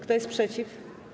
Kto jest przeciw?